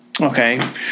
Okay